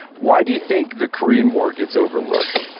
why do you think the korean war gets overlooked?